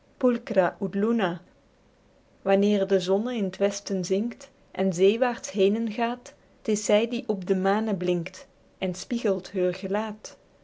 wanneer de zonne in t westen zinkt en zeewaerts henen gaet t is zy die op de mane blinkt en spiegelt heur gelaet